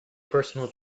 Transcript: personal